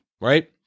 right